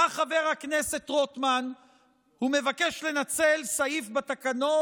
בא חבר הכנסת רוטמן ומבקש לנצל סעיף בתקנון